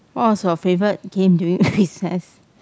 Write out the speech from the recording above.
what was your favourite game during recess